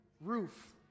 roof